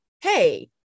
hey